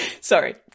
Sorry